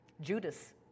Judas